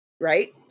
right